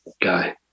guy